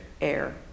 air